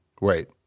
Wait